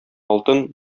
алтын